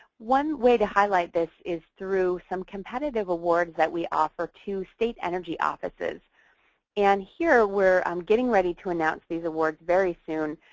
one way to highlight this is through some competitive award that we offer to state energy offices and here, we're um getting ready to announce these awards very soon,